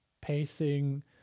pacing